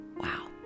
Wow